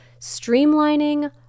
Streamlining